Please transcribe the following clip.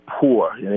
poor